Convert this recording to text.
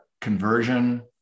conversion